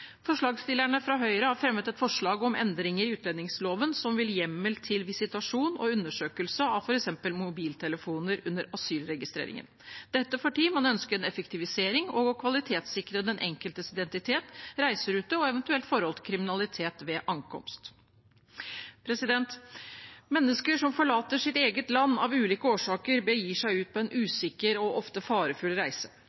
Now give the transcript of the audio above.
Forslagsstillerne fra Høyre har fremmet et forslag om endringer i utlendingsloven som vil gi hjemmel til visitasjon og undersøkelse av f.eks. mobiltelefoner under asylregistreringen, dette fordi man ønsker en effektivisering og å kvalitetssikre den enkeltes identitet, reiserute og ev. tilknytning til kriminalitet ved ankomst. Mennesker som forlater sitt eget land av ulike årsaker, begir seg ut på en